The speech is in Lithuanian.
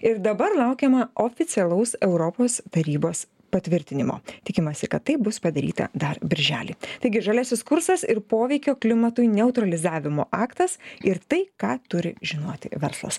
ir dabar laukiama oficialaus europos tarybos patvirtinimo tikimasi kad tai bus padaryta dar birželį taigi žaliasis kursas ir poveikio klimatui neutralizavimo aktas ir tai ką turi žinoti verslas